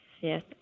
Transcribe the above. yes